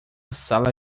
sala